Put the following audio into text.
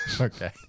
Okay